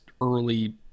early